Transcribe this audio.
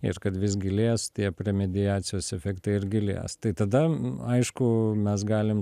ir kad vis gilės tie premediacijos efektai ir gilės tai tada aišku mes galim